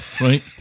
right